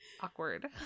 Awkward